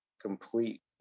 complete